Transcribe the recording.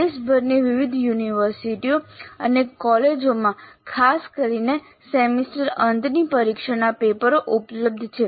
દેશભરની વિવિધ યુનિવર્સિટીઓ અને કોલેજોમાં ખાસ કરીને સેમેસ્ટર અંતની પરીક્ષાના પેપરો ઉપલબ્ધ છે